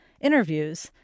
interviews